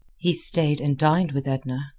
he stayed and dined with edna.